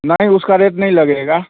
नहीं उसका रेट नहीं लगेगा